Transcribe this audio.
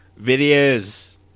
Videos